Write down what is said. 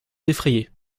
défrayées